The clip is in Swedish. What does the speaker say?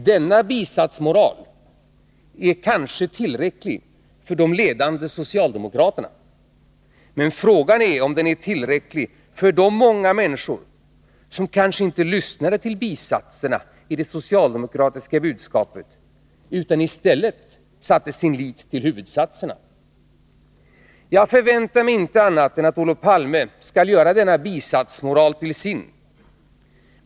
Denna bisatsmoral är kanske tillräcklig för de ledande socialdemokraterna, men frågan är om den är tillräcklig för de många människor som kanske inte lyssnade till bisatserna i det socialdemokratiska budskapet, utan i stället satte sin lit till huvudsatserna. Jag förväntar mig inte annat än att Olof Palme skall göra denna bisatsmoral till sin.